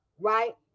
Right